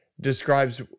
describes